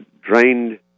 drained